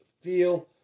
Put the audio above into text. feel